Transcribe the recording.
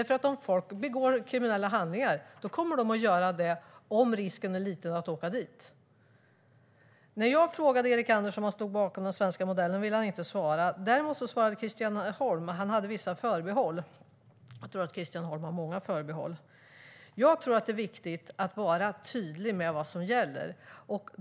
Folk som begår kriminella handlingar kommer nämligen att göra det om risken är liten att åka dit. När jag frågade Erik Andersson om han stod bakom den svenska modellen ville han inte svara. Däremot svarade Christian Holm. Han hade vissa förbehåll. Jag tror att Christian Holm har många förbehåll. Jag tror att det är viktigt att vara tydlig med vad som gäller.